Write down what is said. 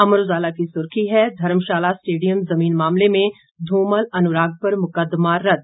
अमर उजाला की सुर्खी है धर्मशाला स्टेडियम जमीन मामले में धूमल अनुराग पर मुकददमा रदद